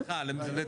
סליחה.